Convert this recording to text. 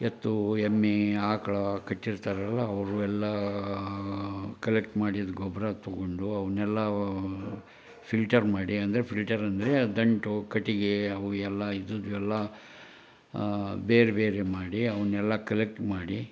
ಎತ್ತು ಎಮ್ಮೆ ಆಕ್ಳು ಕಟ್ಟಿರ್ತಾರಲ್ಲ ಅವರು ಎಲ್ಲ ಕಲೆಕ್ಟ್ ಮಾಡಿ ಅದು ಗೊಬ್ಬರ ತಗೊಂಡು ಅವನ್ನೆಲ್ಲ ಫಿಲ್ಟರ್ ಮಾಡಿ ಅಂದರೆ ಫಿಲ್ಟರ್ ಅಂದರೆ ಆ ದಂಟು ಕಟ್ಟಿಗೆ ಅವು ಎಲ್ಲ ಇದ್ದುದ್ದೆಲ್ಲ ಬೇರೆ ಬೇರೆ ಮಾಡಿ ಅವನ್ನೆಲ್ಲ ಕಲೆಕ್ಟ್ ಮಾಡಿ